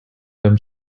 them